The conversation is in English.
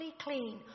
clean